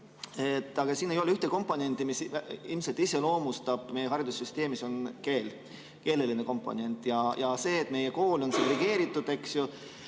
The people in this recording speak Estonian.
Aga siin ei ole ühte komponenti, mis ilmselt iseloomustab meie haridussüsteemi. See on keel, keeleline komponent, ja see, et meie kool on segregeeritud. Ilmselt